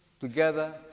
together